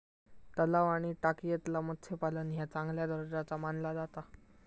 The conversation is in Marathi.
तलाव आणि टाकयेतला मत्स्यपालन ह्या चांगल्या दर्जाचा मानला जाता